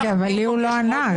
אבל לי הוא לא ענה.